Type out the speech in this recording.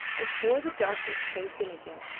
before the darkness closed in again,